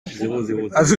avenue